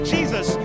Jesus